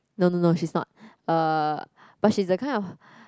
no no no she's not uh but she's the kind of